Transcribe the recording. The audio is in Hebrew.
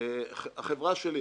החברה שלי,